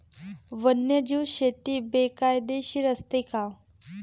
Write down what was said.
वन्यजीव शेती बेकायदेशीर असते का?